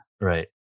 Right